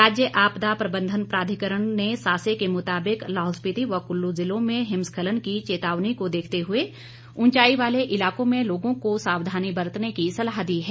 राज्य आपदा प्रबंधन प्राधिकरण ने सासे के मुताबिक लाहौल स्पिति व कुल्लू जिलों में हिमस्खलन की चेतावनी को देखते हुए ऊंचाई वाले इलाकों में लोगों को सावधानी बरतने की सलाह दी है